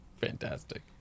Fantastic